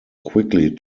quickly